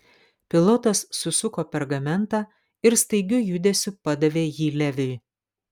pilotas susuko pergamentą ir staigiu judesiu padavė jį leviui